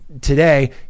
Today